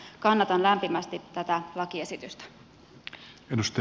kannatan lämpimästi tätä lakiesitystä